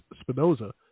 Spinoza